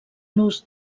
los